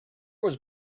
was